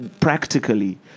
practically